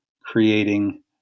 creating